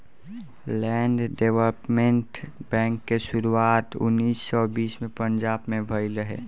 land development bank के शुरुआत उन्नीस सौ बीस में पंजाब में भईल रहे